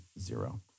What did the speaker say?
zero